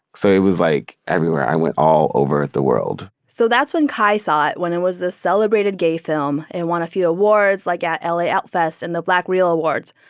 so it was like everywhere. i went all over the world so that's when kai saw it, when it was this celebrated gay film. it won a few awards, like at l a. outfest and the black reel awards.